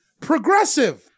progressive